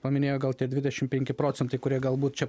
paminėjo gal tie dvidešimt procentai kurie galbūt čia